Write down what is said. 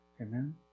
Amen